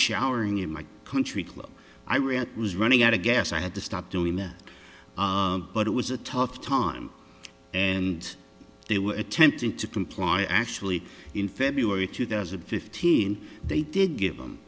showering in my country club i ran was running out of gas i had to stop doing that but it was a tough time and they were attempting to comply actually in february two thousand and fifteen they did give